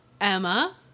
Emma